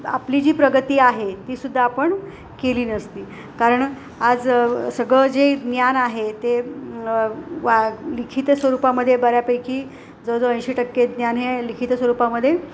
आपली जी प्रगती आहे तीसुद्धा आपण केली नसती कारण आज सगळं जे ज्ञान आहे ते वा लिखित स्वरूपामध्ये बऱ्यापैकी जवळजवळ ऐंशी टक्के ज्ञान हे लिखित स्वरूपामध्ये